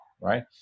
right